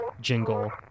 jingle